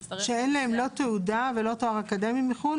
שאין להם לא תעודה ולא תואר אקדמי בחו"ל,